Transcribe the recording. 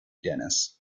dennis